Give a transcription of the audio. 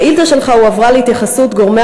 1 2. השאילתה שלך הועברה להתייחסות גורמי